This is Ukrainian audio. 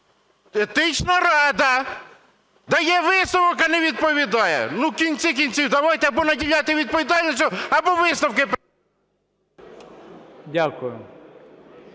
Дякую.